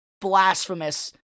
blasphemous